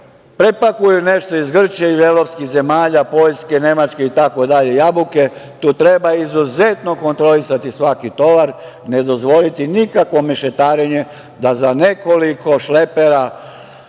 prepakuju nešto iz Grčke ili evropskih zemalja, Poljske, Nemačke itd. jabuke, tu treba izuzetno kontrolisati svaki tovar, ne dozvoliti nikakvo mešetarenje da za nekoliko šlepera